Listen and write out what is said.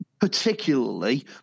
particularly